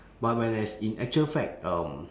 but when as in actual fact um